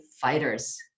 fighters